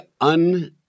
un